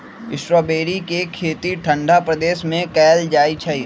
strawberry के खेती ठंडा प्रदेश में कएल जाइ छइ